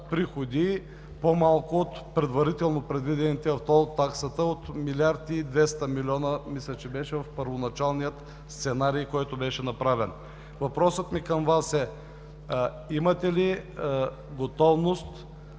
по-малко от предварително предвидените в тол таксата от милиард и двеста милиона, мисля, че беше, в първоначалния сценарий, който беше направен. Въпросът ми към Вас е: имате ли готовност